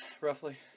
Roughly